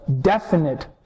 definite